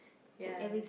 ya ya